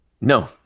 No